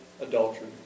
adultery